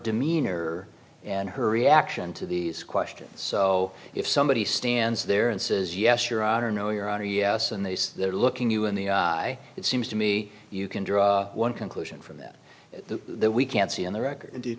demeanor and her reaction to these questions so if somebody stands there and says yes your honor no your honor yes and they say they're looking you in the eye it seems to me you can draw one conclusion from that the that we can see on the record